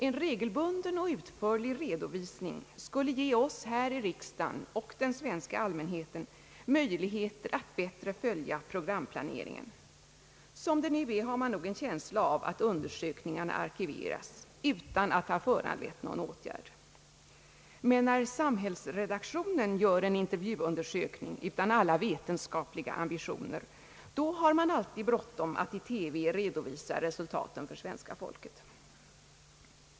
En regelbunden och utförlig redovisning skulle ge oss här i riksdagen och den svenska allmänheten möjligheter att bättre följa programplaneringen. Som det nu är har man nog en känsla av att undersökningarna arkiveras utan att ha föranlett någon åtgärd. Men när samhällsredaktionen gör en intervjuunder sökning utan alla vetenskapliga ambitioner, har man alltid bråttom att i TV redovisa resultatet för svenska folket.